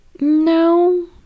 No